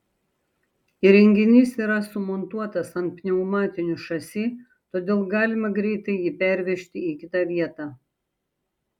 įrenginys yra sumontuotas ant pneumatinių šasi todėl galima greitai jį pervežti į kitą vietą